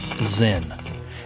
Zen